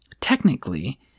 Technically